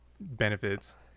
Benefits